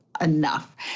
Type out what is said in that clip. enough